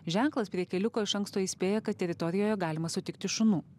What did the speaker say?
ženklas prie keliuko iš anksto įspėja kad teritorijoje galima sutikti šunų